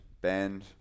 Bend